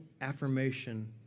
affirmation